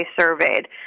surveyed